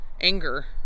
anger